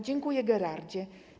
Dziękuję, Gerardzie.